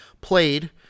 played